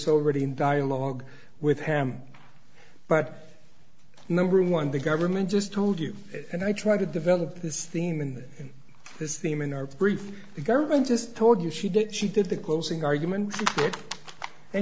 ready in dialogue with ham but number one the government just told you and i tried to develop this theme in this theme in our brief the government just told you she did she did the closing argument and